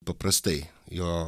paprastai jo